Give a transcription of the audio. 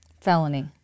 felony